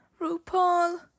RuPaul